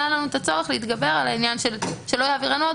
היה לנו את הצורך להתגבר על העניין שלא יעבירנו עוד,